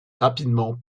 rapidement